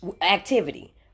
activity